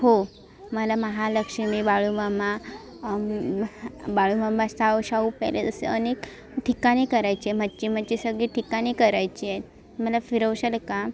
हो मला महालक्ष्मी बाळूमामा बाळूमामा शाहू शाहू पॅलेस असे अनेक ठिकाणे करायची आहेत मच्ची मच्ची सगळी ठिकाणे करायची आहेत मला फिरवशाल का